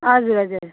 हजुर हजुर